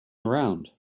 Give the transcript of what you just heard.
around